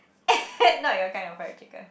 not your kind of fried chicken